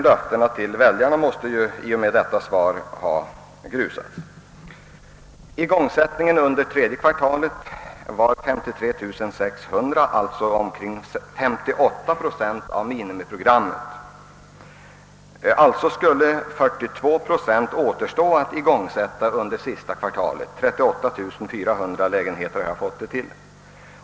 Därmed har inte heller löftena till väljarna kunnat infrias. Under tredje kvartalet igångsattes 53 600 lägenheter, d.v.s. omkring 58 procent av 1966 års minimiprogram. Alltså skulle 42 procent återstå att igångsätta under sista kvartalet — 38 400 lägenheter har jag fått det till.